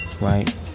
Right